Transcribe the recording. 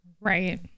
Right